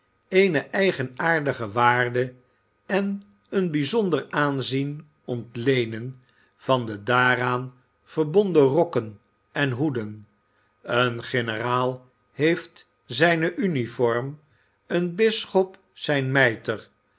eene eigenaardige waarde en een bijzonder aanzien ontleenen van de daaraan verbondene rokken en hoeden een generaal heeft zijne uniform een bisschop zijn mijter